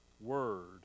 word